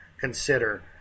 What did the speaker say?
consider